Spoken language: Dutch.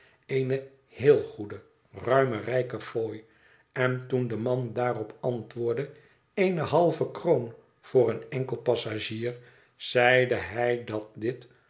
eene heel goede ruime rijke fooi en toen de man daarop antwoordde eene halve kroon voor een enkel passagier zeide hij dat dit